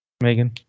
Megan